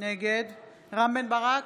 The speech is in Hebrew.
נגד רם בן ברק,